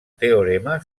teorema